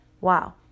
wow